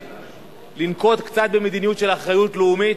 לנקוט קצת מדיניות של אחריות לאומית,